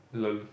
lol